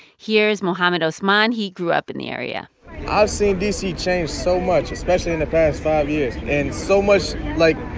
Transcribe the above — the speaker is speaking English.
here is mohammed osman. he grew up in the area i've seen d c. change so much, especially in the past five years. and so much like,